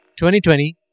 2020